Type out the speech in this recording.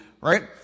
right